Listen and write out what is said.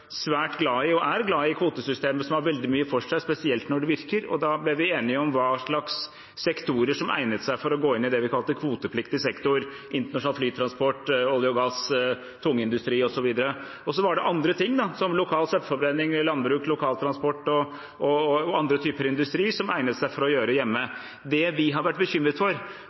svært glad i – og er glad i – kvotesystemet, som har veldig mye for seg, spesielt når det virker. Da ble vi enige om hva slags sektorer som egnet seg for å gå inn i det vi kalte kvotepliktig sektor: internasjonal flytransport, olje og gass, tungindustri osv. Og så var det andre ting, som lokal søppelforbrenning, landbruk, lokaltransport og andre typer industri, som egnet seg for å gjøre hjemme. Det vi har vært bekymret for,